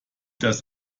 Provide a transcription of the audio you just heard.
das